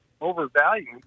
overvalued